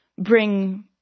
bring